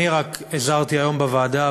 אני רק הזהרתי היום בוועדה,